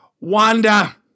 Wanda